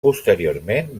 posteriorment